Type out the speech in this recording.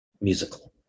musical